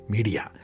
Media